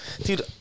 Dude